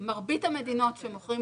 במרבית המדינות שבהן